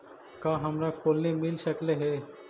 का हमरा कोलनी मिल सकले हे?